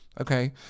Okay